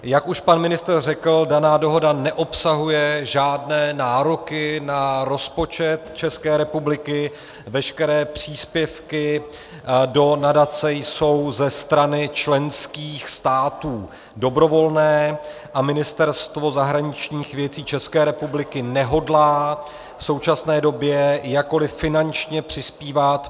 Jak už pan ministr řekl, daná dohoda neobsahuje žádné nároky na rozpočet České republiky, veškeré příspěvky do nadace jsou ze strany členských států dobrovolné a Ministerstvo zahraničních věcí ČR nehodlá v současné době jakkoli finančně přispívat.